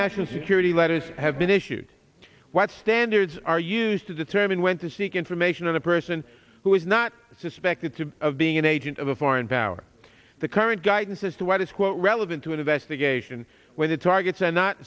national security letters have been issued what standards are used to determine when to seek information of the person who is not suspected to of being an agent of a foreign power the current guidance as to what is quote relevant to an investigation where the targets are not